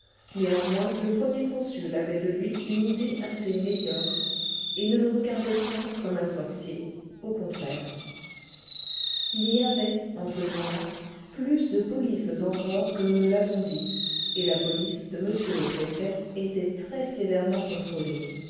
néanmoins le premier consul avait de lui une idée assez médiocre et ne le regardait point comme un sorcier au contraire il y avait en ce temps-là plus de polices encore que nous ne l'avons dit et la police de m le préfet était très sévèrement contrôlée